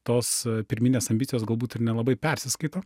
tos pirminės ambicijos galbūt ir nelabai persiskaito